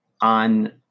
on